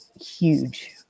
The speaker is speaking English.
huge